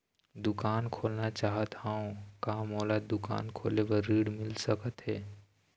दुकान खोलना चाहत हाव, का मोला दुकान खोले बर ऋण मिल सकत हे?